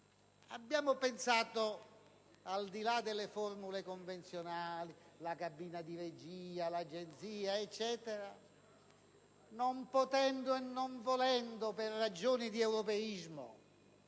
abbiamo pensato - al di là delle formule convenzionali della cabina di regia, dell'Agenzia e così via, non potendo e non volendo, per ragioni di europeismo,